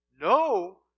no